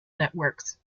networks